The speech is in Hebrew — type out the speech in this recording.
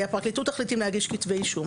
הפרקליטות תחליט אם להגיש כתבי אישום.